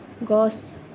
গছ